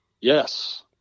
Yes